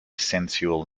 sensual